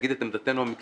להגיד את עמדתנו המקצועית